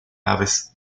aves